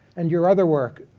and your other work,